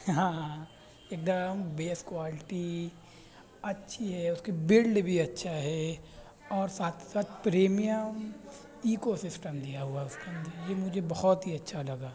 ہاں ہاں ایک دم بیسٹ کوالٹی اچھی ہے اس کی بلڈ بھی اچھا ہے اور ساتھ ہی ساتھ پریمیم ایکو سسٹم دیا ہوا ہے اس کے اندر یہ مجھے بہت ہی اچھا لگا